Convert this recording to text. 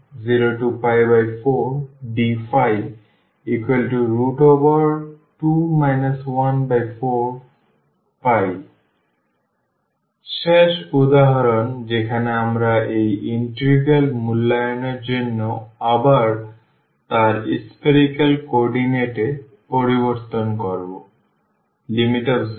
04dϕ 2 14 শেষ উদাহরণ যেখানে আমরা এই ইন্টিগ্রাল মূল্যায়ন এর জন্য আবার তার spherical কোঅর্ডিনেট এ পরিবর্তন করবো